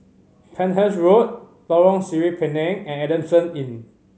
Penhas Road Lorong Sireh Pinang and Adamson Inn